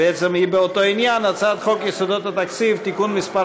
שהיא בעצם באותו עניין: הצעת חוק יסודות התקציב (תיקון מס'